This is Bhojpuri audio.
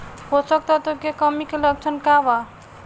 पोषक तत्व के कमी के लक्षण का वा?